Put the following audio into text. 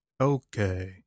Okay